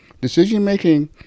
Decision-making